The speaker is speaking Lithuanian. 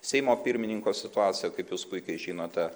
seimo pirmininko situaciją kaip jūs puikiai žinote